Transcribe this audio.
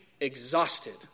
exhausted